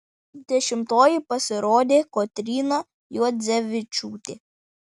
dešimtoji pasirodė kotryna juodzevičiūtė